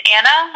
Anna